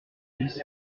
dix